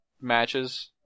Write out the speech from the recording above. matches